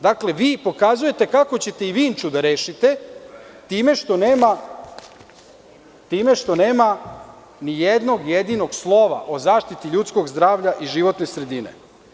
Dakle, vi pokazujete kako ćete i Vinču da rešite time što nema nijednog jedinog slova o zaštiti ljudskog zdravlja i životne sredine.